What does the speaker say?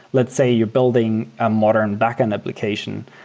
let's say you're building a modern backend application.